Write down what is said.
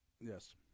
Yes